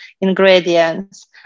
ingredients